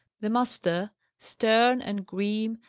the master, stern and grim,